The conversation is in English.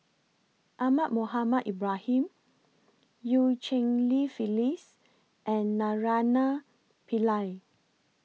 Ahmad Mohamed Ibrahim EU Cheng Li Phyllis and Naraina Pillai